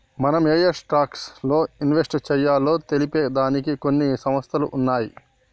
మనం ఏయే స్టాక్స్ లో ఇన్వెస్ట్ చెయ్యాలో తెలిపే దానికి కొన్ని సంస్థలు ఉన్నయ్యి